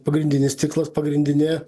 pagrindinis tikslas pagrindinė